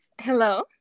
Hello